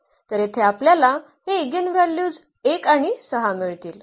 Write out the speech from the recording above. तर येथे आपल्याला हे ईगेनव्हल्यूज 1 आणि 6 मिळतील